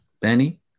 Benny